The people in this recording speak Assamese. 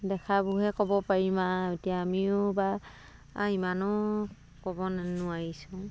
দেখাবহে ক'ব পাৰিম আ এতিয়া আমিও বা ইমানো ক'ব ন নোৱাৰিছো